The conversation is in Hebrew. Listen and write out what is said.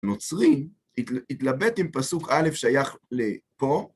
נוצרי, התלבט עם פסוק א' שייך לפה.